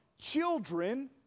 children